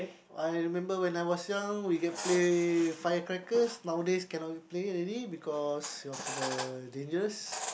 I remember when I was young we can play firecrackers nowadays cannot play already because of the dangerous